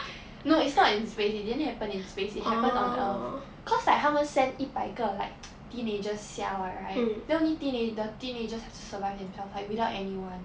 no it's not in space it didn't happen in space it happen on earth cause like 他们 send 一百个 like teenagers 下 [what] right then only teenager the teenagers have to survive themselves like without anyone